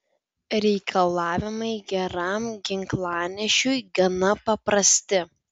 reikalavimai geram ginklanešiui gana paprasti